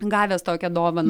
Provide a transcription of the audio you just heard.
gavęs tokią dovaną